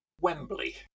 Wembley